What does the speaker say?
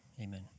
Amen